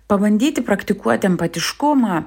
pabandyti praktikuoti empatiškumą